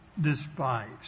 despised